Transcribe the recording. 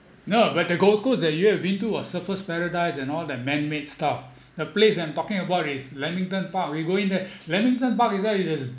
no but the gold coast that you have been to ah surfer's paradise and all that manmade stuff the place I'm talking about is lamington park we go in there lamington park itself is as